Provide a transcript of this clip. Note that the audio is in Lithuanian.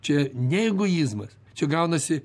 čia ne egoizmas čia gaunasi